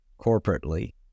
corporately